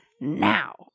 now